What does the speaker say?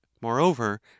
moreover